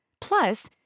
Plus